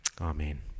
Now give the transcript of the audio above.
Amen